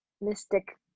mystic